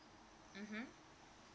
mmhmm